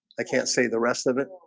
i can't say the rest of it,